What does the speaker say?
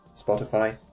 Spotify